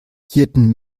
hirten